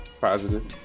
positive